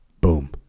Boom